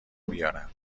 بیارم